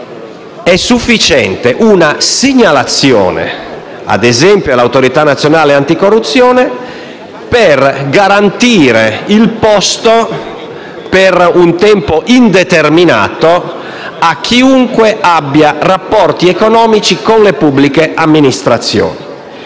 è sufficiente una segnalazione, ad esempio, all'Autorità nazionale anticorruzione per garantire il posto, per un tempo indeterminato, a chiunque abbia rapporti economici con le pubbliche amministrazioni.